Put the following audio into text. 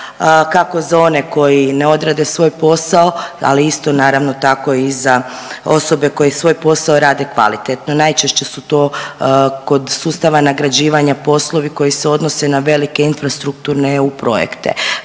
kako za one koji ne odrade svoj posao, ali isto naravno tako i za osobe koje svoj posao rade kvalitetno. Najčešće su to kod sustava nagrađivanja poslovi koji se odnose na velike infrastrukturne EU projekte.